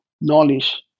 knowledge